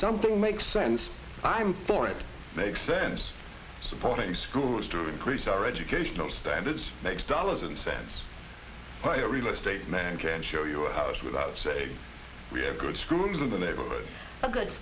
something makes sense i'm for it makes sense supporting schools to increase our educational standards makes dollars and cents a real estate man can show you a house without saying we have good schools in the neighborhood